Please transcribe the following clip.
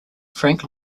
frank